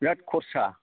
बिराद खरसा